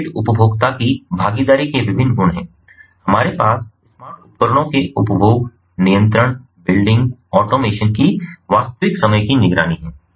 smart grid उपभोक्ता की भागीदारी के विभिन्न गुण हैं हमारे पास स्मार्ट उपकरणों के उपभोग नियंत्रण बिल्डिंग ऑटोमेशन की वास्तविक समय की निगरानी है